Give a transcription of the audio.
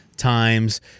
times